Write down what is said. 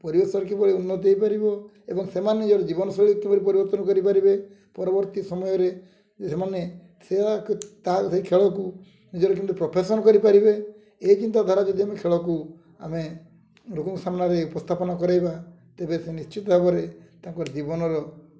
ପରିବେଶର କିଭଳି ଉନ୍ନତି ହେଇପାରିବ ଏବଂ ସେମାନେ ନିଜର ଜୀବନଶୈଳୀ କିପରି ପରିବର୍ତ୍ତନ କରିପାରିବେ ପରବର୍ତ୍ତୀ ସମୟରେ ସେମାନେ ସେ ତା ସେ ଖେଳକୁ ନିଜର କେମିତି ପ୍ରଫେସନ୍ କରିପାରିବେ ଏ ଚିନ୍ତାଧାରା ଯଦି ଆମେ ଖେଳକୁ ଆମେ ଲୋକଙ୍କ ସାମ୍ନାରେ ଉପସ୍ଥାପନା କରାଇବା ତେବେ ସେ ନିଶ୍ଚିତ ଭାବରେ ତାଙ୍କ ଜୀବନର